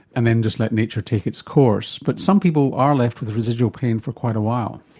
and then just let nature take its course. but some people are left with residual pain for quite a while.